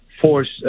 force